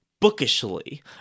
bookishly